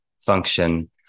function